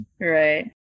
Right